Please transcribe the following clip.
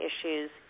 issues